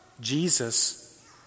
Jesus